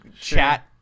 chat